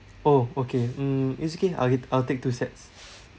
oh okay mm it's okay I'll get I'll take two sets